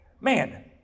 Man